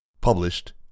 Published